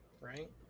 right